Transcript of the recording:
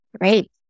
Great